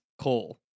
Cole